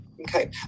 Okay